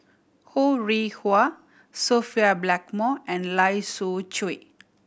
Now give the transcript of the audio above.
Ho Rih Hwa Sophia Blackmore and Lai Siu Chiu